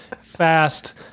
fast